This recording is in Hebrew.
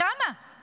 זה